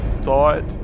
thought